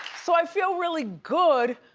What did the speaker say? so i feel really good,